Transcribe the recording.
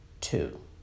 two